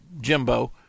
Jimbo